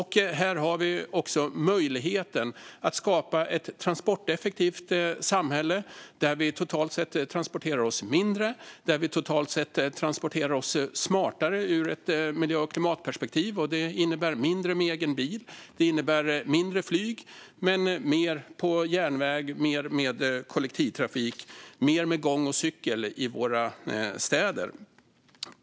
Här har vi också möjligheten att skapa ett transporteffektivt samhälle där vi totalt sett transporterar oss mindre och där vi totalt sett transporterar oss smartare ur ett miljö och klimatperspektiv. Det innebär mindre transporter med egen bil. Det innebär mindre transporter med flyg men mer på järnväg och mer med kollektivtrafik. Och det innebär mer gång och cykeltransporter i våra städer.